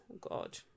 god